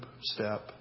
step